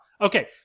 okay